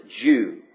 Jew